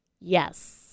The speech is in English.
Yes